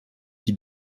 qui